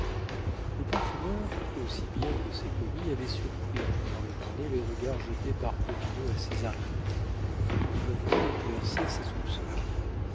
le parfumeur aussi bien que ses commis avait surpris pendant le dîner les regards jetés par popinot à césarine il voulut éclaircir ses soupçons